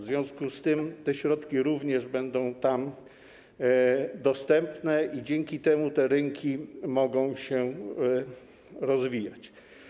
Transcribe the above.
W związku z tym te środki również będą tam dostępne i dzięki temu te rynki mogą się rozwijać.